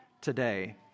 today